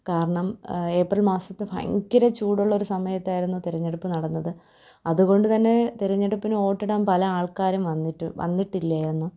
കാരണം ഏപ്രിൽ മാസത്തിൽ ഭയങ്കര ചൂടുള്ളൊരു സമയത്തായിരുന്നു തിരഞ്ഞെടുപ്പ് നടന്നത് അതുകൊണ്ട് തന്നെ തിരഞ്ഞെടുപ്പിന് വോട്ടിടാൻ പല ആൾക്കാരും വന്നിട്ട് വന്നിട്ടില്ലായിരുന്നു